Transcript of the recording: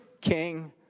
King